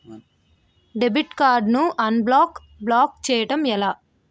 Debit card ను unblock block చేయటం ఎలా?